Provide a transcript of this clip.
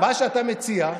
מגיע יותר.